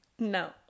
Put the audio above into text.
No